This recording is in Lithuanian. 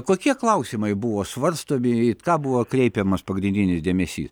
kokie klausimai buvo svarstomi į ką buvo kreipiamas pagrindinis dėmesys